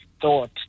thought